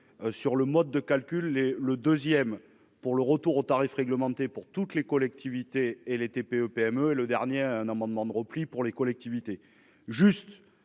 Sur le mode de calcul et le deuxième pour le retour aux tarifs réglementés pour toutes les collectivités et les TPE-PME. Et le dernier, un amendement de repli pour les collectivités juste